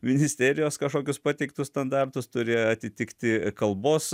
ministerijos kažkokius pateiktus standartus turi atitikti kalbos